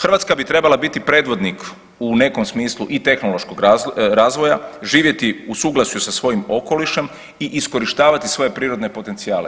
Hrvatska bi trebala biti predvodnik u nekom smislu i tehnološkog razvoja, živjeti u suglasju sa svojim okolišem i iskorištavati svoje prirodne potencijale.